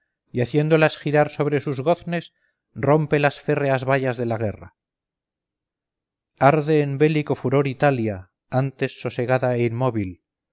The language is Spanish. y haciéndolas girar sobre sus goznes rompe las férreas vallas de la guerra arde en bélico furor italia antes sosegada e inmóvil